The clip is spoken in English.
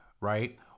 right